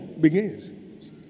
begins